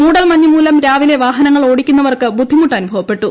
മൂടൽമഞ്ഞ് മൂലം രാവിലെ വാഹനങ്ങൾ ഓടിക്കുന്നവർക്ക് ബുദ്ധിമുട്ടനുഭവപ്പെട്ടു